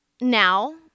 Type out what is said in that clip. now